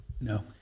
No